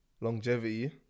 longevity